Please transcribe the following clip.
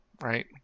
right